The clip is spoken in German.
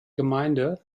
gemeinde